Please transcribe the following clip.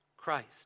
christ